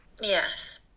Yes